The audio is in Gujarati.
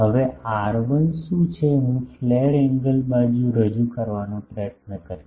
હવે R1 શું છે હું ફ્લેર એંગલ બાજુ રજૂ કરવાનો પ્રયત્ન કરીશ